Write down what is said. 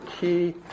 key